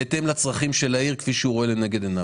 בהתאם לצרכים כפי שהוא רואה לנגד עיניו.